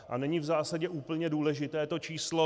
A není v zásadě úplně důležité to číslo.